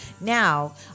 Now